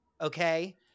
okay